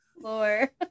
floor